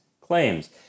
claims